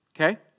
okay